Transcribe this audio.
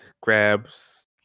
grabs